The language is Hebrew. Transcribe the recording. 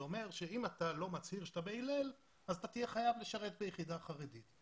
זה אומר שאם אתה לא מצהיר שאתה בהלל אתה תהיה חייב לשרת ביחידה חרדית,